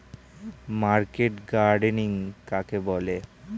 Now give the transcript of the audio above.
Market gardening কাকে বলে?